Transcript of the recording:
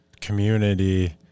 community